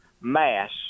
Mass